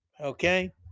Okay